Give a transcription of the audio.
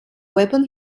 weapon